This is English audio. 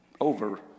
Over